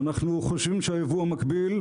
אנחנו חושבים שהייבוא המקביל,